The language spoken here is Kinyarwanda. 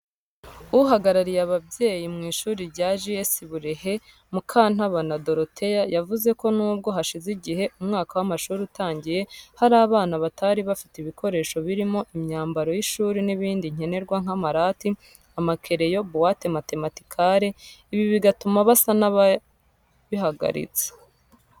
Uhagarariye ababyeyi mu ishuri rya GS Burehe, Mukantabana Dorothea, Yavuze ko n’ubwo hashize igihe umwaka w’amashuri utangiye, hari abana batari bafite ibikoresho, birimo imyambaro y’ishuri n’ibindi nkenerwa nk'amarati, amakereyo, buwate matematikare ,ibi bigatuma basa n’ababihagaritse.